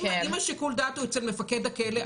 אם שיקול הדעת הוא אצל מפקד הכלא,